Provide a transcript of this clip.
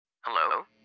Hello